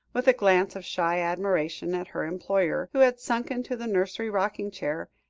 with a glance of shy admiration at her employer, who had sunk into the nursery rocking-chair,